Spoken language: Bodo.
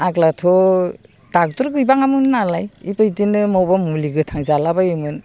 आग्लाथ' डक्टर गैबाङामोन नालाय बेबायदिनो मायावबा मुलि गोथां जाला बायोमोन